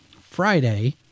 Friday